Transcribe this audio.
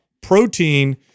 protein